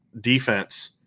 defense